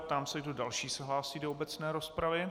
Ptám se, kdo další se hlásí do obecné rozpravy.